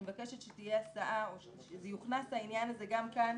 אני מבקשת שתהיה הסעה או שיוכנס העניין הזה גם כאן,